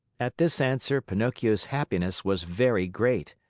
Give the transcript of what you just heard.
at this answer, pinocchio's happiness was very great.